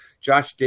Josh